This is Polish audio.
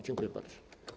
Dziękuję bardzo.